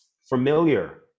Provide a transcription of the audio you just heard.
familiar